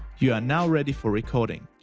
you are now ready for recording.